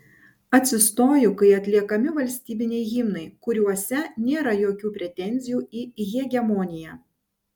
atsistoju kai atliekami valstybiniai himnai kuriuose nėra jokių pretenzijų į hegemoniją